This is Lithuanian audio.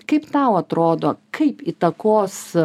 kaip tau atrodo kaip įtakos